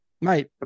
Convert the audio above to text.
Mate